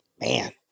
man